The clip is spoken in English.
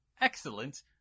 excellent